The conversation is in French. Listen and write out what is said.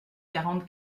quarante